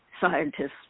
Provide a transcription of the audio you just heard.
scientists